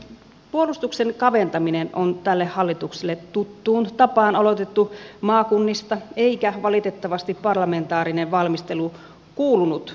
puolustuksen kaventaminen on tälle hallitukselle tuttuun tapaan aloitettu maakunnista eikä valitettavasti parlamentaarinen valmistelu kuulunut työskentelytapaan